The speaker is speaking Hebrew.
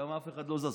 שם אף אחד לא זז,